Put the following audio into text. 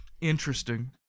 Interesting